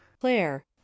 claire